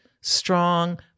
strong